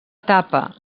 etapa